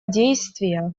действия